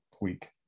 week